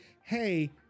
hey